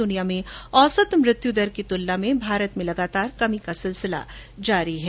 दुनिया में औसत मृत्यु दर की तुलना में भारत में लगातार कमी का सिलसिला जारी है